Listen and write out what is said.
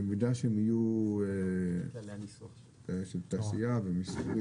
במידה והם יהיו בשימוש תעשייתי ומסחרי